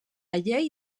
llei